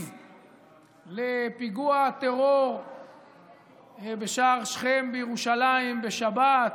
לפיגוע הטרור בשער שכם בירושלים בשבת,